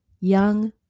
Young